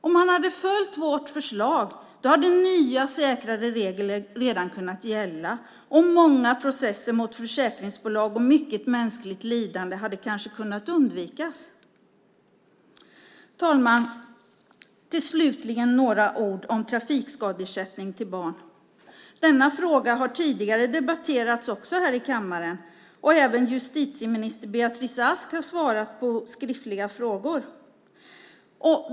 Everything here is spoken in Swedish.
Om man hade följt vårt förslag hade nya säkrare regler redan kunnat gälla och många processer mot försäkringsbolag och mycket mänskligt lidande hade kanske kunnat undvikas. Fru talman! Slutligen några ord om trafikskadeersättning till barn. Denna fråga har tidigare debatterats här i kammaren. Justitieminister Beatrice Ask har också svarat på skriftliga frågor.